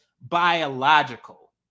biological